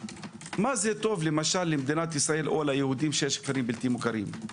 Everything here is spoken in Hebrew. מה זה טוב למדינת ישראל או ליהודים שיש כפרים בלתי מוכרים?